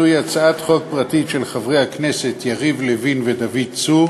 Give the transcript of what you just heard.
זוהי הצעת חוק פרטית של חברי הכנסת יריב לוין ודוד צור